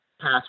pass